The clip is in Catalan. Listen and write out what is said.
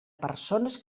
persones